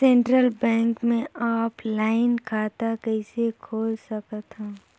Central bank मे offline खाता कइसे खोल सकथव?